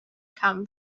come